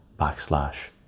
backslash